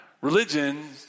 Religion